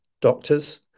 doctors